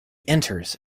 enters